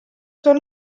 són